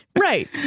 right